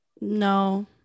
No